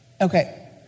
Okay